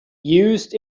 used